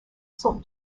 sont